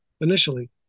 initially